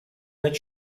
that